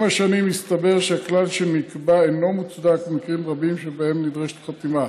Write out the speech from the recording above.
עם השנים הסתבר שהכלל שנקבע אינו מוצדק במקרים רבים שבהם נדרשת חתימה.